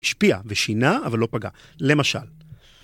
השפיע ושינה אבל לא פגע, למשל.